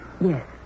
Yes